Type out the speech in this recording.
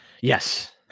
Yes